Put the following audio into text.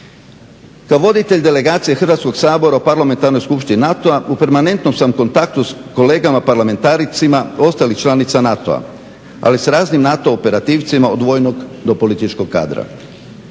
Kao voditelj delegacije Hrvatskoga sabora u Parlamentarnoj skupštini NATO-a u permanentnom sam kontaktu s kolegama parlamentarcima ostalih članica NATO-a, ali s raznim NATO operativcima odvojenog do političkog kadra.